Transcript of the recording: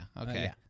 Okay